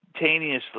instantaneously